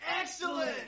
Excellent